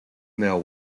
mill